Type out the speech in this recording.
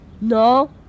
No